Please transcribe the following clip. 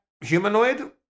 humanoid